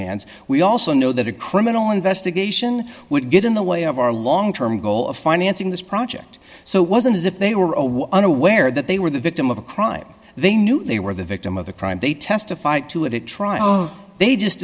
hands we also know that a criminal investigation would get in the way of our long term goal of financing this project so it wasn't as if they were unaware that they were the victim of a crime they knew they were the victim of the crime they testified to it at trial they just